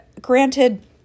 granted